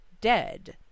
dead